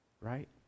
Right